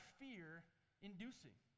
fear-inducing